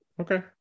okay